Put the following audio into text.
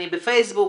אני בפייסבוק,